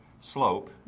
slope